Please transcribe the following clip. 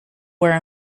were